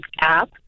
app